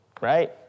right